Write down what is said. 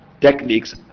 techniques